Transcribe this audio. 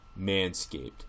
Manscaped